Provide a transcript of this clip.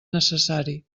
necessari